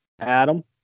Adam